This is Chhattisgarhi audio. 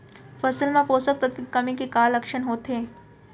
फसल मा पोसक तत्व के कमी के का लक्षण होथे?